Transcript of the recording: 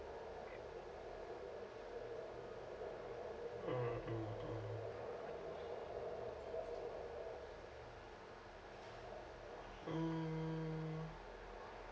mm mm mm mm